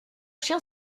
chien